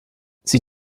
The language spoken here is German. sie